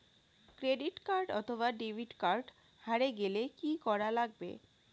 Credit card অথবা debit card হারে গেলে কি করা লাগবে?